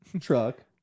truck